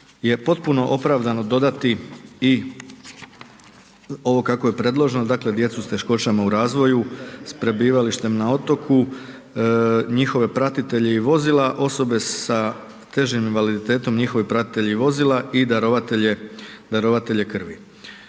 je potpuno opravdano dodati i ovo kako je predloženo, dakle s teškoćama u razvoju s prebivalištem na otoku, njihove pratitelje i vozila, osobe sa težim invaliditetom, njihove pratitelje i vozila i darovatelje krvi.